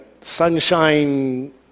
Sunshine